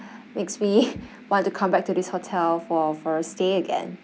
makes me want to come back to this hotel for for a stay again